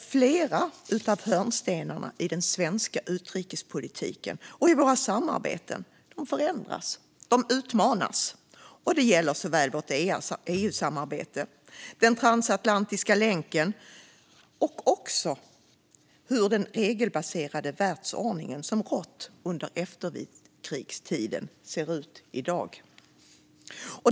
Flera av hörnstenarna i den svenska utrikespolitiken och i våra samarbeten förändras och utmanas. Det gäller såväl vårt EU-samarbete som den transatlantiska länken och hur den regelbaserade världsordningen, som har rått under efterkrigstiden, ser ut i dag.